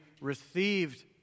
received